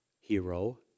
hero